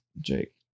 Jake